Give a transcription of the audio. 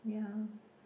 yeah